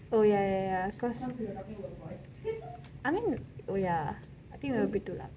oh ya ya I mean oh ya I think we were a bit too loud